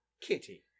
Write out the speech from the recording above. kitty